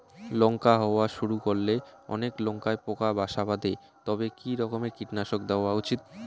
লঙ্কা হওয়া শুরু করলে অনেক লঙ্কায় পোকা বাসা বাঁধে তবে কি রকমের কীটনাশক দেওয়া উচিৎ?